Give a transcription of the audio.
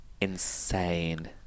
insane